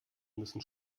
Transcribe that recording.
müssen